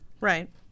Right